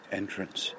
entrance